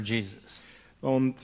Jesus